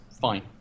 fine